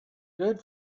good